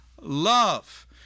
love